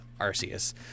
Arceus